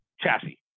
chassis